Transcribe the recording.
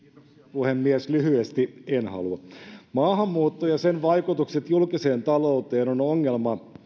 puhemies lyhyesti en halua maahanmuutto ja sen vaikutukset julkiseen talouteen on ongelma